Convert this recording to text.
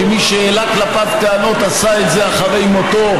כי מי שהעלה כלפיו טענות עשה את זה אחרי מותו,